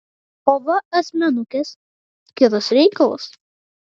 o va asmenukės kitas reikalas